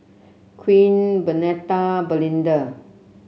Queen Bernetta and Belinda